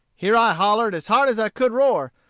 here i hollered as hard as i could roar,